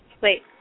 Wait